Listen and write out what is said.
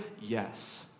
Yes